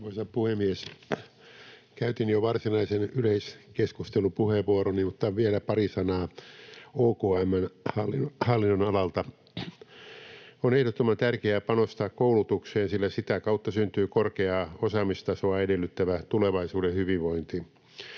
puhemies! Käytin jo varsinaisen yleiskeskustelupuheenvuoroni, mutta vielä pari sanaa OKM:n hallinnonalalta. On ehdottoman tärkeää panostaa koulutukseen, sillä sitä kautta syntyy korkeaa osaamistasoa edellyttävä tulevaisuuden hyvinvointi.